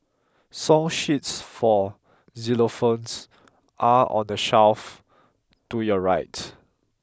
song sheets for xylophones are on the shelf to your right